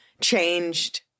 changed